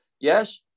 Yes